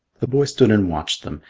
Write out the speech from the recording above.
the boy stood and watched them.